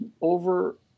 over